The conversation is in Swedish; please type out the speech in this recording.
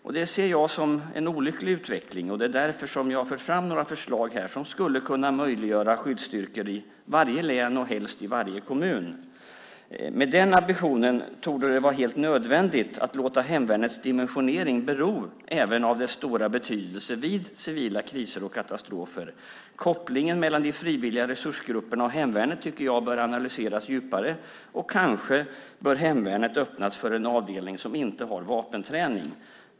Detta ser jag som en olycklig utveckling. Det är därför som jag har fört fram några förslag här som skulle kunna möjliggöra skyddsstyrkor i varje län och helst i varje kommun. Med den ambitionen torde det vara helt nödvändigt att låta hemvärnets dimensionering bero även av dess stora betydelse vid civila kriser och katastrofer. Kopplingen mellan de frivilliga resursgrupperna och hemvärnet tycker jag bör analyseras djupare, och kanske bör hemvärnet öppnas för en avdelning som inte har vapenträning.